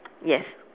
yes